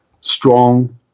strong